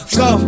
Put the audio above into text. go